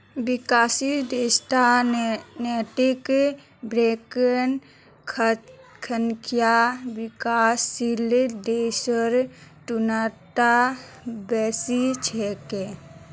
विकसित देशत नैतिक बैंकेर संख्या विकासशील देशेर तुलनात बेसी छेक